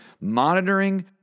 monitoring